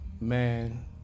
man